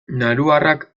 nauruarrak